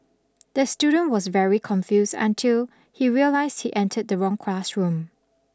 the student was very confused until he realised he entered the wrong classroom